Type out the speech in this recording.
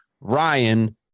Ryan